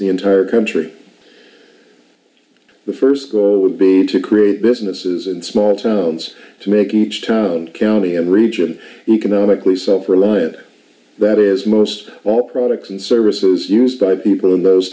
the entire country the first being to create businesses and small towns to make each town county and region economically self reliant that is most all products and services used by people in those